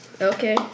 okay